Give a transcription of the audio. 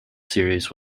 series